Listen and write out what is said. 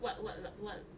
what what l~ what